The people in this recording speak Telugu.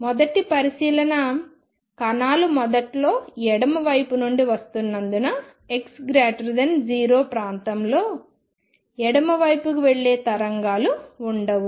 మొదటి పరిశీలన కణాలు మొదట్లో ఎడమ వైపు నుండి వస్తున్నందున x0 ప్రాంతంలో ఎడమ వైపుకి వెళ్లే తరంగాలు ఉండవు